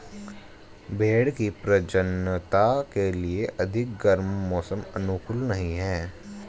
भेंड़ की प्रजननता के लिए अधिक गर्म मौसम अनुकूल नहीं है